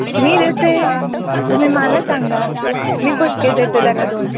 मी देते तुम्ही मला सांगा मी फटके देते त्याला दोन